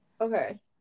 okay